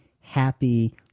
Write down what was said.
happy